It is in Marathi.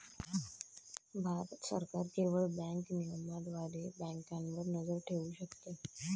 भारत सरकार केवळ बँक नियमनाद्वारे बँकांवर नजर ठेवू शकते